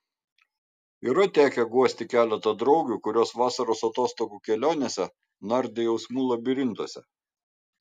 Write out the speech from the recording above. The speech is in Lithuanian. yra tekę guosti keletą draugių kurios vasaros atostogų kelionėse nardė jausmų labirintuose